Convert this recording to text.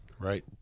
Right